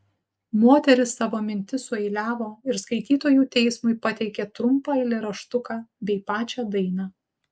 moteris savo mintis sueiliavo ir skaitytojų teismui pateikė trumpą eilėraštuką bei pačią dainą